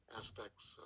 aspects